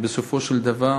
כי בסופו של דבר